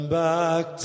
back